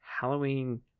Halloween